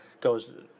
goes